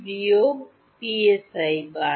বিয়োগ পিএসআই বার